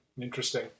interesting